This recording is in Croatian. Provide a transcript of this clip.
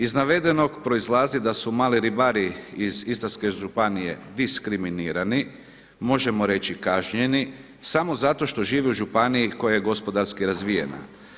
Iz navedenog proizlazi da su mali ribari iz Istarske županije diskriminirani, možemo reći kažnjeni samo zato što žive u županiji koja je gospodarski razvijena.